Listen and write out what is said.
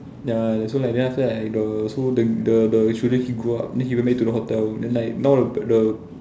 ya so like then after that like the so the the children he grow up then he will went to the hotel then like now the the